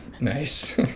nice